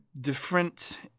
different